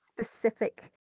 specific